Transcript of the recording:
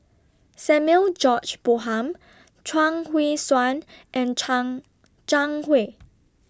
Samuel George Bonham Chuang Hui Tsuan and Chuang Zhang Hui